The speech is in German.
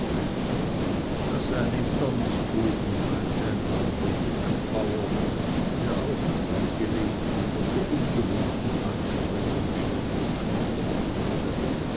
das seien ihm donnersbuben meinte ein alter dicker bauer der auch hand angelegt und ob der ungewohnten anstrengung schier nicht schnupen konnte